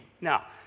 Now